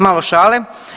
Malo šale.